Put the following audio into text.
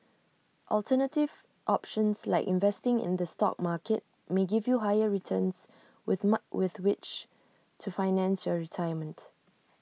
alternative options like investing in the stock market may give you higher returns with ma with which to finance your retirement